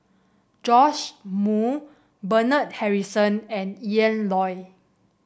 Joash Moo Bernard Harrison and Ian Loy